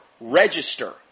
register